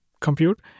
compute